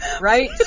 right